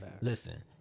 listen